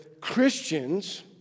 Christians